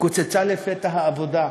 / קוצצה לפתע העבודה,